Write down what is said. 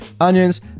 onions